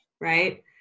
right